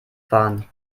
fahren